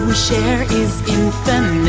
share is infinite